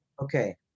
Okay